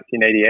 1988